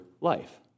life